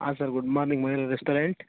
ಹಾಂ sir good morning Mayura restaurant